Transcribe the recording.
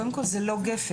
קודם כל זה לא גפ"ן.